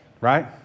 right